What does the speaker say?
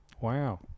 Wow